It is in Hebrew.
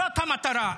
זאת המטרה.